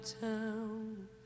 town